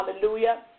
Hallelujah